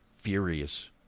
furious